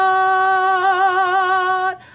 God